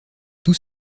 tous